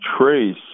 trace